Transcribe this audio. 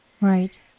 Right